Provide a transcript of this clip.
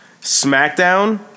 SmackDown